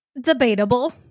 Debatable